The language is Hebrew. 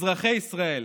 אזרחי ישראל,